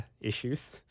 issues